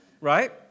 right